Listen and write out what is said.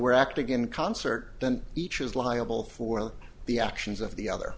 were acting in concert then each is liable for the actions of the other